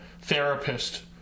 therapist